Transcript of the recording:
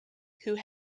far